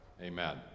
Amen